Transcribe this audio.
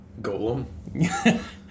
Golem